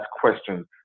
questions